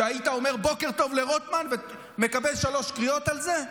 כשהיית אומר "בוקר טוב" לרוטמן ומקבל שלוש קריאות על זה?